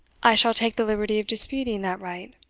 i shall take the liberty of disputing that right,